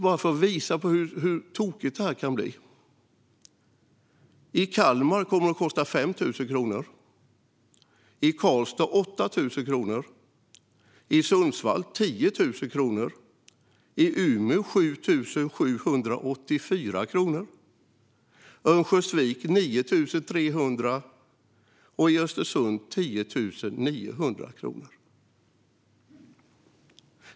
Bara för att visa hur tokigt det här kan bli ska jag ge några exempel. I Kalmar kommer det att kosta 5 000 kronor, i Karlstad 8 000 kronor, i Sundsvall 10 000 kronor, i Umeå 7 784 kronor, i Örnsköldsvik 9 300 kronor och i Östersund 10 900 kronor.